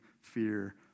fear